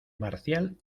marcial